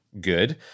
Good